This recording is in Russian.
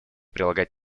прилагать